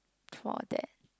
for that